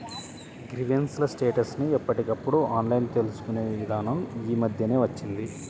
grievance ల status ని ఎప్పటికప్పుడు ఆన్లైన్ తెలుసుకునే ఇదానం యీ మద్దెనే వచ్చింది